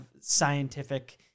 scientific